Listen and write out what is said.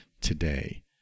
today